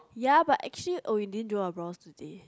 ya but actually oh you didn't draw your brows today